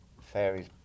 fairies